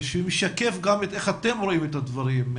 שמשקף גם איך אתם רואים את הדברים,